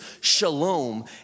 shalom